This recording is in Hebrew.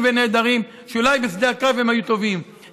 ונהדרים שאולי בשדה הקרב הם היו טובים,